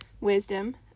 Wisdom